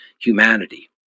humanity